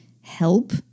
help